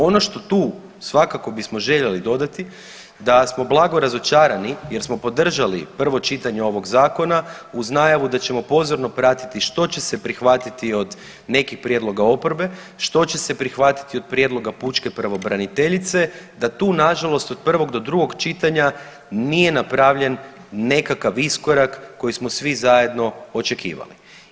Ono što tu svakako bismo željeli dodati da smo blago razočarani jer smo podržali prvo čitanje ovog zakona uz najavu da ćemo pozorno pratiti što će se prihvatiti od nekih prijedloga oporbe, što će se prihvatiti od prijedloga pučke pravobraniteljice, da tu nažalost od prvog do drugog čitanja nije napravljen nekakav iskorak koji smo svi zajedno očekivali.